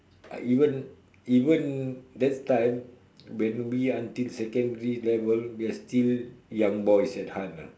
I even even that time when we until secondary level we are still young boys at heart ah